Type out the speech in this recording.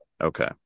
Okay